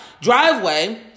driveway